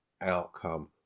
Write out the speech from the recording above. outcome